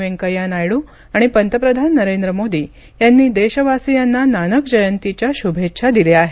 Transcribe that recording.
वेंकय्या नायडू आणि पंतप्रधान नरेंद्र मोदी यांनी देशवासीयांना नानक जयंतीच्या शुभेच्छा दिल्या आहेत